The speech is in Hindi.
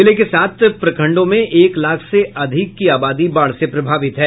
जिले के साथ प्रखंडों में एक लाख से अधिक की आबादी बाढ़ से प्रभावित हैं